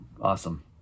awesome